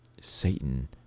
satan